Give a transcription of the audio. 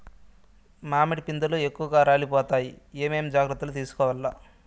మామిడి పిందెలు ఎక్కువగా రాలిపోతాయి ఏమేం జాగ్రత్తలు తీసుకోవల్ల?